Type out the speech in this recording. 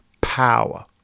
power